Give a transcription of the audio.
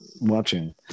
watching